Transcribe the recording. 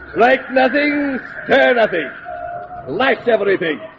like nothing's therapy like everything